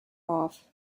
off